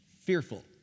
Fearful